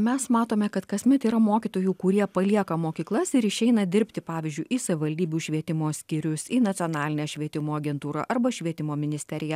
mes matome kad kasmet yra mokytojų kurie palieka mokyklas ir išeina dirbti pavyzdžiui į savivaldybių švietimo skyrius į nacionalinę švietimo agentūrą arba švietimo ministeriją